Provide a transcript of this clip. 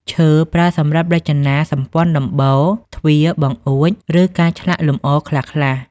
ឈើ: ប្រើសម្រាប់រចនាសម្ព័ន្ធដំបូល ទ្វារ បង្អួច ឬការឆ្លាក់លម្អខ្លះៗ។